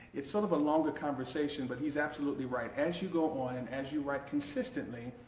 it's sort of a longer conversation but he's absolutely right as you go on, and as you write consistently,